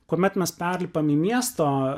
kuomet mes perlipam į miesto